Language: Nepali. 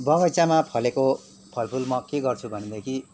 बगैँचामा फलेको फलफुल म के गर्छु भनेदेखि